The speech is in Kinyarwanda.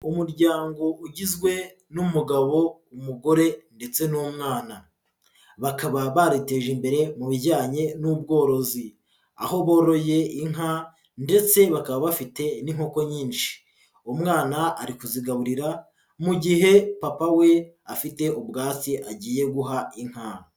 Umuryango ugizwe n'umugabo, umugore ndetse n'umwana, bakaba bariteje imbere mu bijyanye n'ubworozi, aho boroye inka ndetse bakaba bafite n'inkoko nyinshi, umwana ari kuzigaburira mu gihe papa we afite ubwatsi agiye guha inka.